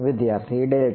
વિદ્યાર્થી ડેલ્ટા